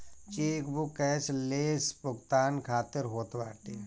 chequebook cashless भुगतान खातिर होत बाटे